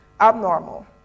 abnormal